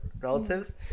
relatives